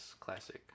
Classic